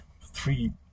three